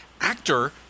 Actor